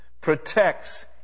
protects